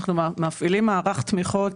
אנחנו מפעילים מערך תמיכות